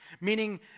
meaning